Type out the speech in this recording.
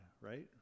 right